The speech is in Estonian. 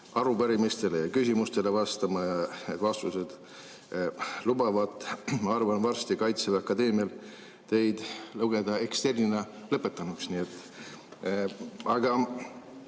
arupärimistele ja küsimustele vastama ning vastused lubavad, ma arvan, varsti Kaitseväe Akadeemial teid lugeda eksternina lõpetanuks. Aga